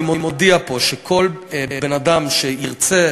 אני מודיע פה שכל בן-אדם שירצה,